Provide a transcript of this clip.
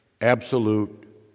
absolute